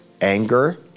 anger